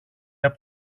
από